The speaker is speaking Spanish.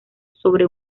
sobre